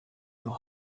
your